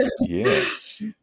Yes